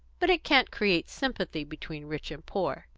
but it can't create sympathy between rich and poor.